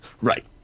right